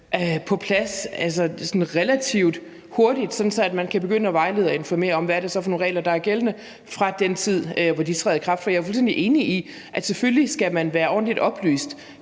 på plads sådan relativt hurtigt, så man kan begynde at vejlede og informere om, hvad det så er for nogle regler, der er gældende fra den tid, hvor de træder i kraft. For jeg er fuldstændig enig i, at selvfølgelig skal man være ordentligt oplyst,